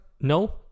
no